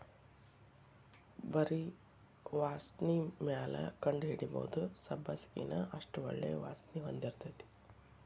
ಬರಿ ವಾಸ್ಣಿಮ್ಯಾಲ ಕಂಡಹಿಡಿಬಹುದ ಸಬ್ಬಸಗಿನಾ ಅಷ್ಟ ಒಳ್ಳೆ ವಾಸ್ಣಿ ಹೊಂದಿರ್ತೈತಿ